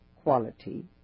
quality